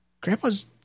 grandpa's